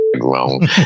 wrong